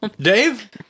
Dave